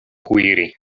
kuiri